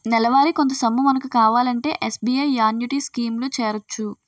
నెలవారీ కొంత సొమ్ము మనకు కావాలంటే ఎస్.బి.ఐ యాన్యుటీ స్కీం లో చేరొచ్చు